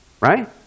Right